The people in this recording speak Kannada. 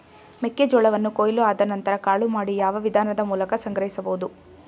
ಮೆಕ್ಕೆ ಜೋಳವನ್ನು ಕೊಯ್ಲು ಆದ ನಂತರ ಕಾಳು ಮಾಡಿ ಯಾವ ವಿಧಾನದ ಮೂಲಕ ಸಂಗ್ರಹಿಸಬಹುದು?